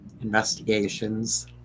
investigations